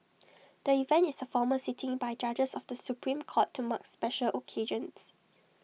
the event is A formal sitting by judges of the Supreme court to mark special occasions